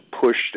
pushed